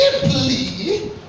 deeply